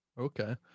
Okay